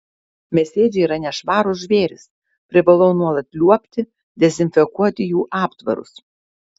mėsėdžiai yra nešvarūs žvėrys privalau nuolat liuobti dezinfekuoti jų aptvarus